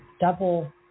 double